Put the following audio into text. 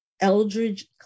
Eldridge